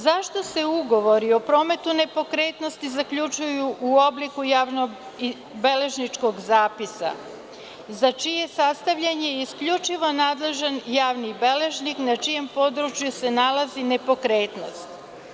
Zašto se ugovori o prometu nepokretnosti zaključuju u obliku javno-beležničkog zapisa za čije sastavljanje je isključivo nadležan javni beležnik na čijem području se nalazi nepokretnost?